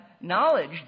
knowledge